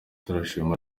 turashimira